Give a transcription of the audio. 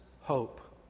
hope